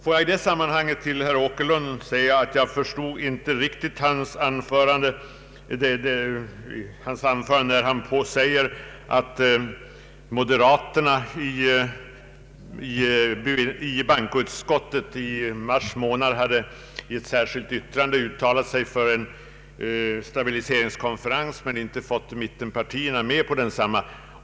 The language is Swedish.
Får jag i detta sammanhang säga till herr Åkerlund att jag inte riktigt förstår honom när han säger att moderaterna i bankoutskottet i mars månad i ett särskilt yttrande hade uttalat sig för en stabiliseringskonferens men inte fått mittenpartierna med på detta förslag.